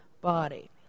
body